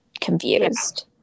confused